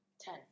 Ten